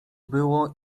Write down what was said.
było